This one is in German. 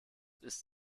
ist